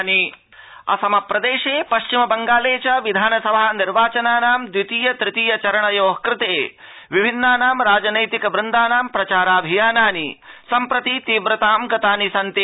निर्वाचनप्रचार असमप्रदेशे पश्चिम बंगाले च विधानसभा निर्वाचनानां द्वितीय तृतीय चरणयोः कृते विभिन्नानां राजनैतिक दलानां प्रचाराभियानानि सम्प्रति तीव्रतां गतानि सन्ति